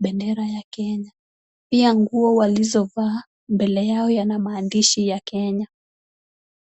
bendera ya Kenya. Pia nguo walizovaa mbele yao yana maandishi ya Kenya.